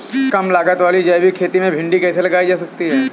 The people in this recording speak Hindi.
कम लागत वाली जैविक खेती में भिंडी कैसे लगाई जा सकती है?